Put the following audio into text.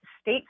state